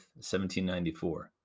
1794